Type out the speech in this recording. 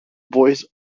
voice